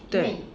对